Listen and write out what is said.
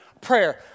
prayer